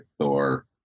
Thor